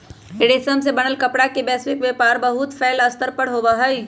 रेशम से बनल कपड़ा के वैश्विक व्यापार बहुत फैल्ल स्तर पर होबा हई